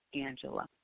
Angela